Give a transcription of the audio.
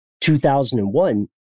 2001